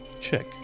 check